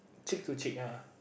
cheek to cheek ah